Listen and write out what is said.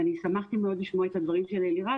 ואני שמחתי מאוד לשמוע את הדברים של אלירז,